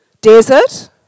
Desert